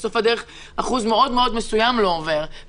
בסוף הדרך אחוז מאוד מאוד מסוים לא עובר.